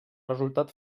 resultat